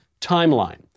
timeline